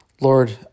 Lord